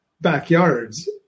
backyards